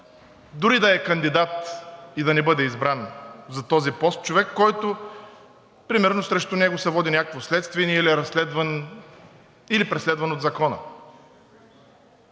дори да е кандидат и да не бъде избран за този пост човек, който примерно срещу него се води някакво следствие или е разследван, или